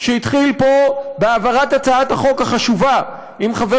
שהתחיל פה בהעברת הצעת החוק החשובה עם חבר